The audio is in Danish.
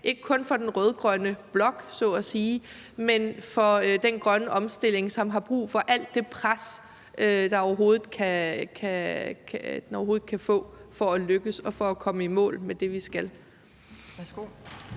ikke kun for den rød-grønne blok, så at sige, men for den grønne omstilling, som har brug for alt det pres, den overhovedet kan få, for at lykkes, og for at vi kommer i mål med det, vi skal.